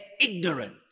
ignorant